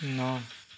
ন